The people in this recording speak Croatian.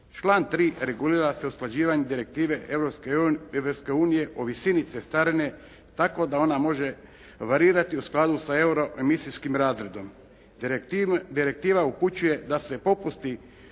Član 3. regulira se usklađivanje direktive Europske unije o visini cestarine tako da ona može varirati u skladu sa euroemisijskom razredom. Direktiva upućuje da se popusti